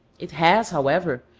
it has, however,